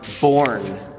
born